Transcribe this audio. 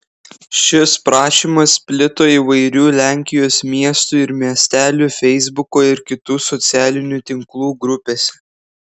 šis prašymas plito įvairių lenkijos miestų ir miestelių feisbuko ir kitų socialinių tinklų grupėse